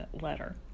letter